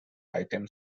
item